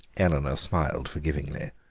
eleanor smiled forgivingly.